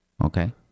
Okay